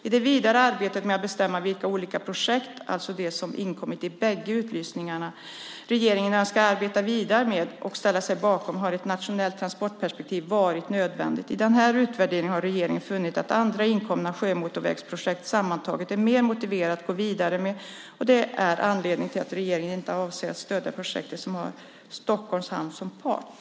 I det vidare arbetet med att bestämma vilka olika projekt - alltså de som inkommit i bägge utlysningarna - regeringen önskar arbeta vidare med och ställa sig bakom har ett nationellt transportperspektiv varit nödvändigt. I denna utvärdering har regeringen funnit att andra inkomna sjömotorvägsprojekt sammantaget är mer motiverade att gå vidare med, och det är anledningen till att regeringen inte avser att stödja projektet som har Stockholms Hamnar som part.